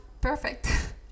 perfect